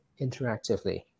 interactively